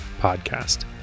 podcast